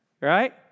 Right